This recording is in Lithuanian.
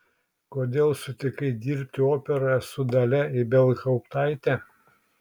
kodėl sutikai dirbti operoje su dalia ibelhauptaite